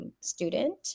student